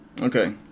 Okay